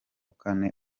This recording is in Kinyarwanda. kane